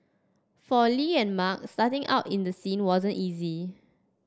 for Li and Mark starting out in the scene wasn't easy